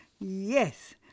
Yes